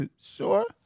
sure